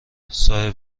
صاحب